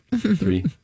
Three